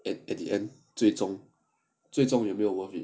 at at the end 最终